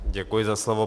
Děkuji za slovo.